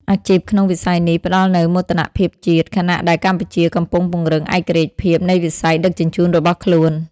អាជីពក្នុងវិស័យនេះផ្តល់នូវមោទនភាពជាតិ ខណៈដែលកម្ពុជាកំពុងពង្រឹងឯករាជ្យភាពនៃវិស័យដឹកជញ្ជូនរបស់ខ្លួន។